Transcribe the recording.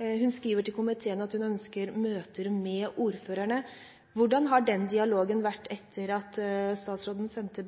Hun skriver til komiteen at hun ønsker møter med ordførerne. Hvordan har den dialogen vært etter at statsråden sendte